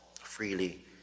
freely